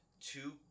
two